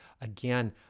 again